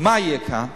כי מה יהיה כאן?